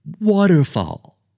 Waterfall